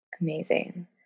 Amazing